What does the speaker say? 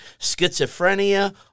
schizophrenia